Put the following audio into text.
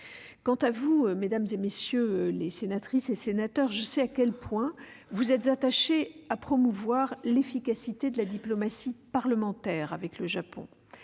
Quant à vous, mesdames, messieurs les sénateurs, je sais à quel point vous êtes attachés à promouvoir l'efficacité de la diplomatie parlementaire avec le Japon.